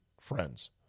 friends